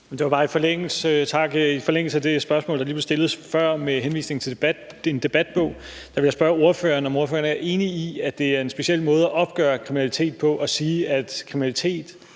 (S): Tak. I forlængelse af det spørgsmål, der lige blev stillet med henvisning til en debatbog, vil jeg bare spørge ordføreren, om ordføreren er enig i, at det er en speciel måde at opgøre kriminalitet på at sige, at hvis man bliver